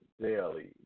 daily